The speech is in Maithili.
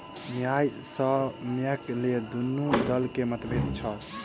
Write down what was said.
न्यायसम्यक लेल दुनू दल में मतभेद छल